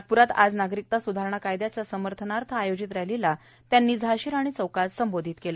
नागप्रात आज नागरीकता सुधारणा कायद्याच्या समर्थनार्थ आयोजित रॅलीला फडणवीस यांनी झाषीराणी चौकात संबोधित केलं